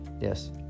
yes